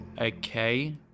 Okay